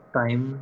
time